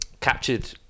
captured